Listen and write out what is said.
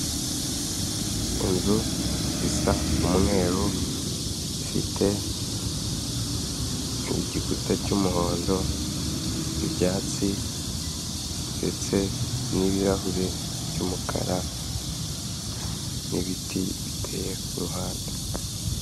Inzu isa umweru ifite igikuta cy'umuhondo, ibyatsi ndetse n'ibirahuri by'umukara n'ibiti biteye kuruhande.